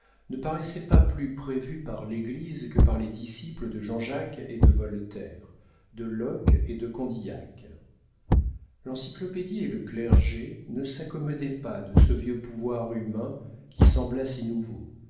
ne paraissait pas plus prévu par l'église que par les disciples de jean-jacques et de voltaire de locke et de condillac l'encyclopédie et le clergé ne s'accommodaient pas de ce vieux pouvoir humain qui sembla si nouveau